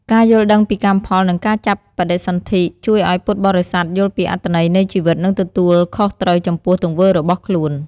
ការយល់ដឹងពីកម្មផល និងការចាប់បដិសន្ធិ ជួយឲ្យពុទ្ធបរិស័ទយល់ពីអត្ថន័យនៃជីវិត និងទទួលខុសត្រូវចំពោះទង្វើរបស់ខ្លួន។